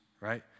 Right